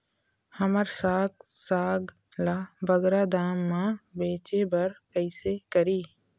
हमर साग साग ला बगरा दाम मा बेचे बर कइसे करी?